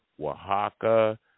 Oaxaca